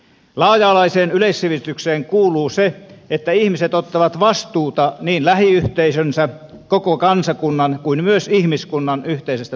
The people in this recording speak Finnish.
laaja alaiseen yleissivistykseen kuuluu se että ihmiset ottavat vastuuta niin lähiyhteisönsä koko kansakunnan kuin myös ihmiskunnan yhteisestä tulevaisuudesta